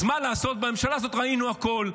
אז מה לעשות, בממשלה הזאת ראינו הכול.